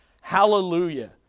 Hallelujah